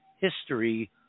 history